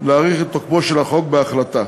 להאריך את תוקפו של החוק בהחלטה.